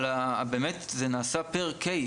אבל באמת זה נעשה לכל תיק ותיק בנפרד.